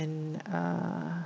and uh